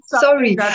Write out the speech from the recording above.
sorry